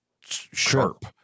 sharp